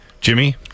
Jimmy